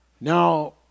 Now